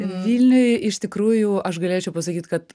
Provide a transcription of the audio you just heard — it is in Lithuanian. vilniuj iš tikrųjų aš galėčiau pasakyt kad